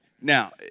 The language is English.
Now